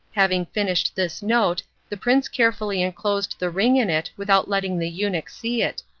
having finished this note the prince carefully enclosed the ring in it without letting the eunuch see it,